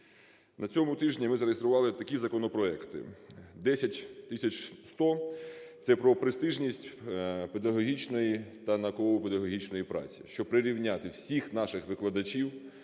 На цьому тижні ми зареєстрували такі законопроекти: 10100 – це про престижність педагогічної та науково-педагогічної праці, щоб прирівняти всіх наших викладачів,